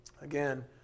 Again